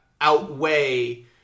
outweigh